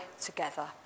together